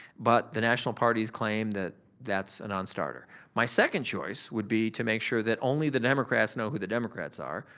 but the national parties claim that that's a nonstarter. my second choice would be to make sure that only the democrats know who the democrats are,